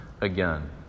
again